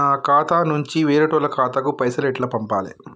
నా ఖాతా నుంచి వేరేటోళ్ల ఖాతాకు పైసలు ఎట్ల పంపాలే?